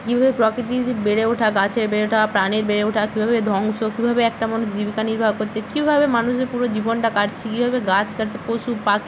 কীভাবে প্রকৃতির বেড়ে ওঠা গাছের বেড়ে ওঠা প্রাণের বেড়ে ওঠা কীভাবে ধ্বংস কীভাবে একটা মানুষ জীবিকা নির্বাহ করছে কীভাবে মানুষের পুরো জীবনটা কাটছে কীভাবে গাছ কাটছে পশু পাখি